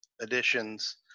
additions